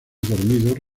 dormidos